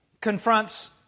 confronts